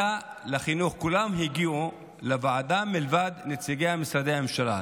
שכולם הגיעו לוועדת החינוך מלבד נציגי משרדי הממשלה.